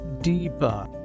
deeper